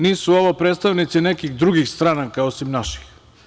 Nisu ovo predstavnici nekih drugih stranaka osim naših.